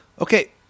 Okay